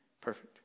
perfect